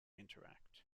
interact